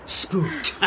spooked